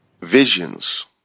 visions